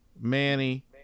Manny